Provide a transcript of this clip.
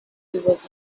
was